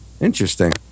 interesting